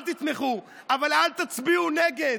אל תתמכו, אבל אל תצביעו נגד.